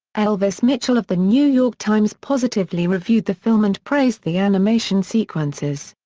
elvis mitchell of the new york times positively reviewed the film and praised the animation sequences.